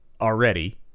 already